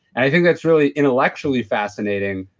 i think that's really intellectually fascinating,